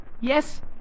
Yes